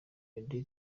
auddy